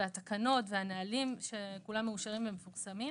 התקנות והנהלים שכולם מאושרים ומפורסמים.